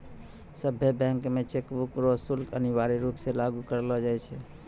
सभ्भे बैंक मे चेकबुक रो शुल्क अनिवार्य रूप से लागू करलो जाय छै